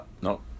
no